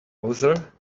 browser